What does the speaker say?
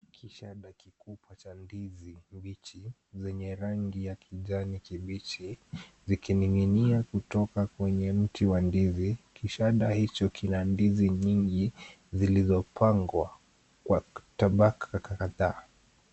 Kishada kikubwa cha ndizi mbichi zenye rangi ya kijani kibichi zikining'inia kutoka kwenye mti wa ndizi. Kishada hicho kina ndizi nyingi zilizopangwa kwenye tabaka kadhaa.